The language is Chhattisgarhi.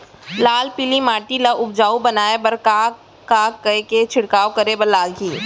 लाल पीली माटी ला उपजाऊ बनाए बर का का के छिड़काव करे बर लागही?